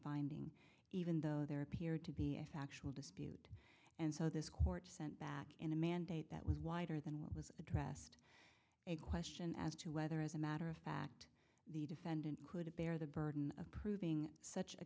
finding even though there appeared to be a factual dispute and so this court sent back in a mandate that was wider than what was addressed a question as to whether as a matter of fact the defendant couldn't bear the burden of proving such a